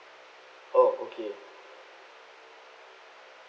oh okay